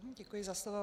Děkuji za slovo.